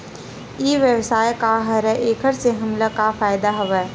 ई व्यवसाय का हरय एखर से हमला का फ़ायदा हवय?